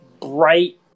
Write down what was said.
bright